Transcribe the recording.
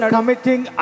committing